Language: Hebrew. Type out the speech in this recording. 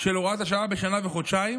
של הוראת השעה בשנה וחודשיים,